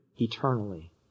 eternally